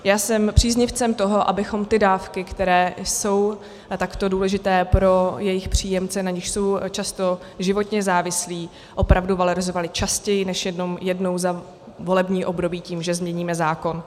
Já jsem příznivcem toho, abychom ty dávky, které jsou takto důležité pro jejich příjemce, na nichž jsou často životně závislí, opravdu valorizovali častěji než jenom jednou za volební období tím, že změníme zákon.